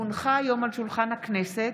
כי הונחה היום על שולחן הכנסת,